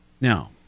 Now